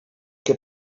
que